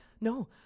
No